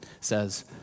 says